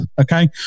Okay